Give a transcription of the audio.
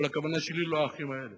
אבל הכוונה שלי היא לא לאחים האלה